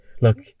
look